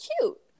cute